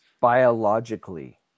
biologically